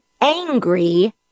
angry